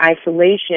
isolation